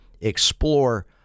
explore